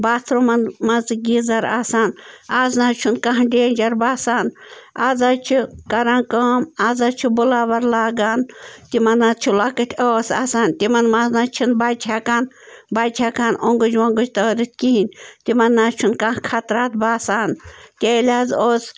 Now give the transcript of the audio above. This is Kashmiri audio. باتھروٗمَن منٛز تہِ گیٖزَر آسان آز نَہ حظ چھُنہٕ کانٛہہ ڈینجر باسان آز حظ چھِ کَران کٲم آز حظ چھِ بٕلاوَر لاگان تِمن حظ چھِ لۄکٕٹۍ ٲس آسان تِمن منٛز نہٕ حظ چھِنہٕ بَچہِ ہٮ۪کان بَچہِ ہٮ۪کان اوٚنٛگٕج ووٚگٕج تٲرِتھ کِہیٖنۍ تِمَن نَہ حظ چھُنہٕ کانٛہہ خطرات باسان تیٚلہِ حظ اوس